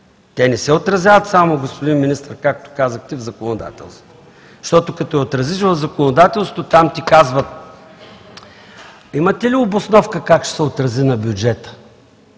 те не се отразяват, господин Министър, както казахте, в законодателството. Защото като я отразиш в законодателството, там ти казват: имате ли обосновка как ще се отрази на бюджета?